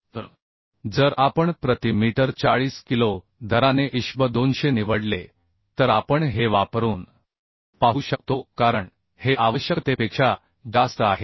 तर जर आपण प्रति मीटर 40 किलो दराने ISHB 200 निवडले तर आपण हे वापरून पाहू शकतो कारण हे आवश्यकतेपेक्षा जास्त आहे